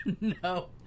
No